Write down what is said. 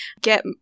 Get